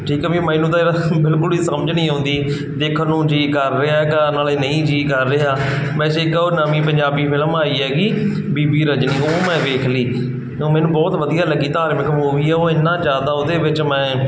ਠੀਕ ਆ ਵੀ ਮੈਨੂੰ ਤਾਂ ਯਾਰ ਬਿਲਕੁਲ ਹੀ ਸਮਝ ਨਹੀਂ ਆਉਂਦੀ ਦੇਖਣ ਨੂੰ ਜੀਅ ਕਰ ਰਿਹਾ ਗਾ ਨਾਲੇ ਨਹੀਂ ਜੀ ਕਰ ਰਿਹਾ ਵੈਸੇ ਇੱਕ ਉਹ ਨਵੀਂ ਪੰਜਾਬੀ ਫਿਲਮ ਆਈ ਹੈਗੀ ਬੀਬੀ ਰਜਨੀ ਉਹ ਮੈਂ ਵੇਖ ਲਈ ਅਤੇ ਉਹ ਮੈਨੂੰ ਬਹੁਤ ਵਧੀਆ ਲੱਗੀ ਧਾਰਮਿਕ ਮੂਵੀ ਆ ਉਹ ਇੰਨਾ ਜ਼ਿਆਦਾ ਉਹਦੇ ਵਿੱਚ ਮੈਂ